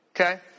okay